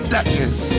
Duchess